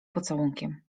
pocałunkiem